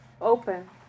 open